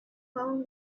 found